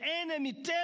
enemy